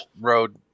road